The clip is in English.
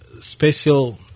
special